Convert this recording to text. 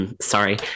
sorry